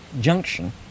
junction